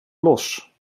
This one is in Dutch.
los